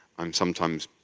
i'm sometimes